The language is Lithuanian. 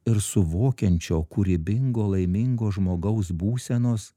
ir suvokiančio kūrybingo laimingo žmogaus būsenos